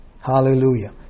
Hallelujah